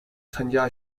参加